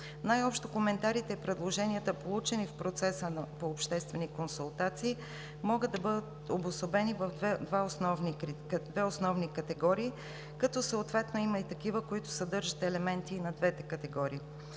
Най-общо коментарите и предложенията, получени в процеса по обществени консултации, могат да бъдат обособени в две основни категории, като съответно има и такива, които съдържат елементи и на двете категории.